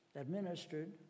administered